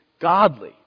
Godly